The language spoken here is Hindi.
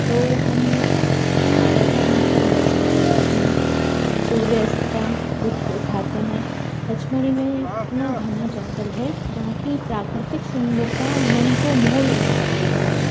तो हम पहाड़ाें का वहाँ पर दर्शन करते हैं सूर्यास्त का लुत्फ़ उठाते हैं पचमणी में इतना घना जंगल है जहाँ की प्राकृतिक सुंदरता मन को मोह लेने वाली है